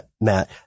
Matt